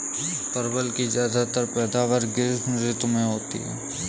परवल की ज्यादातर पैदावार ग्रीष्म ऋतु में होती है